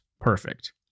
perfect